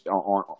on